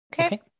Okay